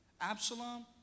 Absalom